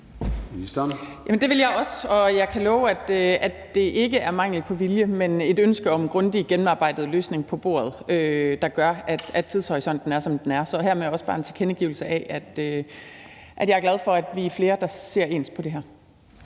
Det vil jeg også, og jeg kan love, at det ikke er mangel på vilje, men et ønske om en grundig gennemarbejdet løsning på bordet, der gør, at tidshorisonten er, som den er. Så hermed er der også bare en tilkendegivelse af, at jeg er glad for, at vi er flere, der ser ens på det her.